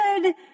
good